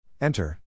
Enter